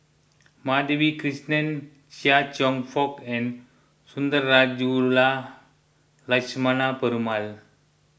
Madhavi Krishnan Chia Cheong Fook and Sundarajulu Lakshmana Perumal